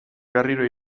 berriro